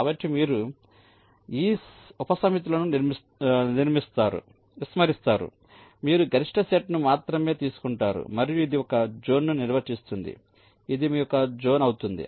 కాబట్టి మీరు ఈ ఉపసమితులను విస్మరిస్తారు మీరు గరిష్ట సెట్ను మాత్రమే తీసుకుంటారు మరియు ఇది ఒక జోన్ను నిర్వచిస్తుంది ఇది మీ ఒక జోన్ అవుతుంది